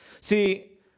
See